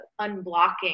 unblocking